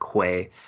Quay